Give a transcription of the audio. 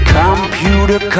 computer